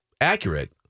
accurate